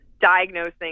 diagnosing